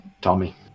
Tommy